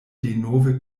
denove